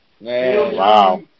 Wow